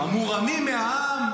המורמים מעם.